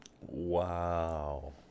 Wow